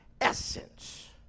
essence